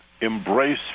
embrace